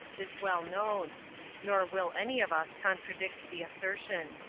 is well known nor will any of us contradict the assertion.